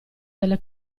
delle